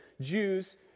Jews